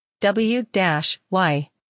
W-Y